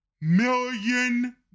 million